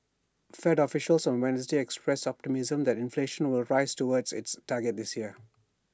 fed officials on Wednesday expressed optimism that inflation will rise towards its target this year